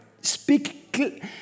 speak